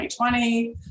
2020